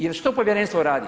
Jer što Povjerenstvo radi?